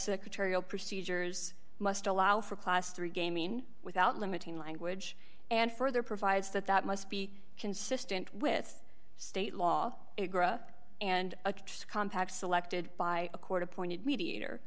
secretarial procedures must allow for class three game mean without limiting language and further provides that that must be consistent with state law and a compact selected by a court appointed mediator